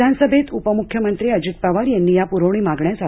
विधानसभेत उपमुख्यमंत्री अजित पवार यांनी या पुरवणी मागण्या सादर केल्या